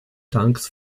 tanks